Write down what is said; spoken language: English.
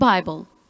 Bible